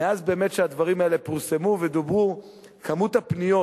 שמאז שהדברים האלה פורסמו ודוברו באמת כמות הפניות